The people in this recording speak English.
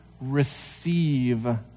receive